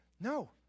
no